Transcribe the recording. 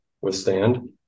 withstand